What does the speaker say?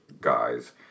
guys